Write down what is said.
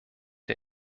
der